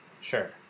Sure